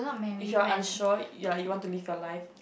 if you're unsure you're you want to live your life